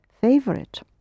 Favorite